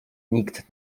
nikt